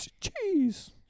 cheese